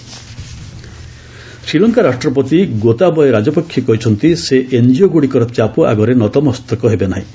Sri Lanka president Sri Lanka ରାଷ୍ଟ୍ରପତି ଗୋତାବୟେ ରାଜପକ୍ଷେ କହିଚ୍ଚନ୍ତି ସେ ଏନ୍ଜିଓଗୁଡ଼ିକର ଚାପ ଆଗରେ ନତମସ୍ତକ ହେବେ ନାହିଁ